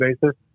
basis